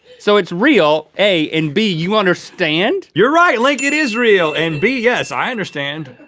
so it's real, a, and b, you understand you're right, link, it is real! and b, yes, i understand.